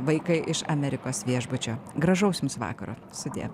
vaikai iš amerikos viešbučio gražaus jums vakaro sudie